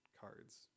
cards